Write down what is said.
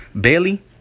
Bailey